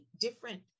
different